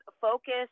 focus